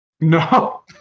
No